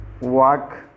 walk